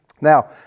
Now